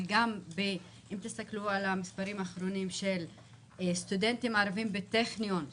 אבל גם אם תסתכלו על המספרים האחרונים של סטודנטים ערבים בטכניון,